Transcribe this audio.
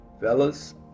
Fellas